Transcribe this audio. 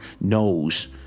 knows